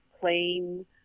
plain